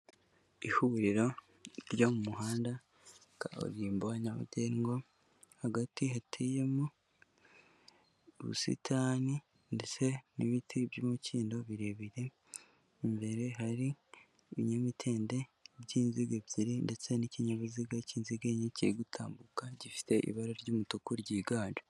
Ihuriro ryo mu muhanda kaburimbo nyabagendwa, hagati hateyemo ubusitani ndetse n'ibiti by'umukindo birebire imbere hari ibinyamitende by'inziga ebyiri ndetse n'ikinyabiziga cy'inzigeye kiri gutambuka gifite ibara ry'umutuku ryiganje.